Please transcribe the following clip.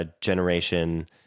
generation